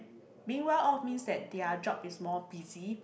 being well off means that their job is more busy